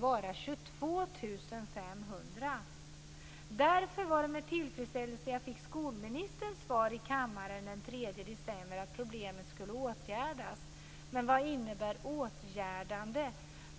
vara 22 500. Därför var det med tillfredsställelse jag fick skolministerns svar i kammaren den 3 december att problemet skulle åtgärdas. Men vad innebär åtgärdande?